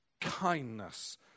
kindness